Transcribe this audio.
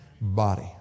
body